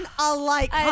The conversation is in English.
alike